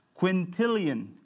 quintillion